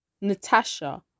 Natasha